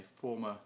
former